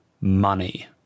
money